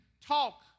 talk